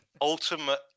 ultimate